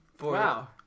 Wow